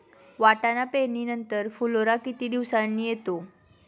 वाटाणा पेरणी नंतर फुलोरा किती दिवसांनी येतो?